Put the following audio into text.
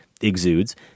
exudes